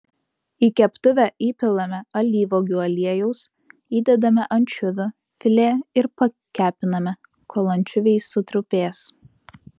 į keptuvę įpilame alyvuogių aliejaus įdedame ančiuvių filė ir pakepiname kol ančiuviai sutrupės